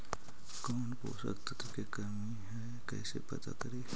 कौन पोषक तत्ब के कमी है कैसे पता करि?